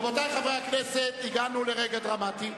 רבותי חברי הכנסת, הגענו לרגע דרמטי.